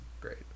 great